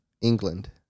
England